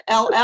ll